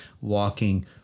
walking